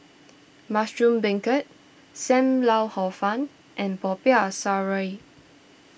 Mushroom Beancurd Sam Lau Hor Fun and Popiah Sayur